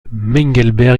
mengelberg